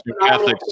Catholics